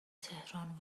تهران